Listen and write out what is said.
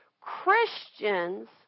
Christians